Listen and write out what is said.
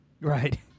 Right